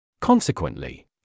Consequently